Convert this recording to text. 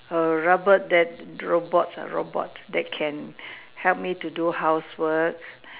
A robot that robots ah robot that can help me to do housework